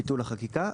ביטול החקיקה,